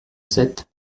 sept